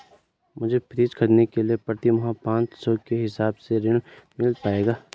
मुझे फ्रीज खरीदने के लिए प्रति माह पाँच सौ के हिसाब से ऋण मिल पाएगा?